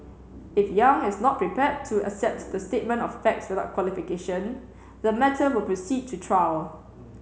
if Yang is not prepared to accept the statement of facts without qualification the matter will proceed to trial